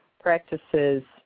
practice's